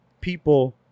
people